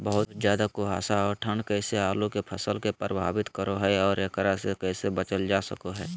बहुत ज्यादा कुहासा और ठंड कैसे आलु के फसल के प्रभावित करो है और एकरा से कैसे बचल जा सको है?